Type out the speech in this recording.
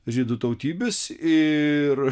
žydų tautybės ir